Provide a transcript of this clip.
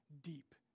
deep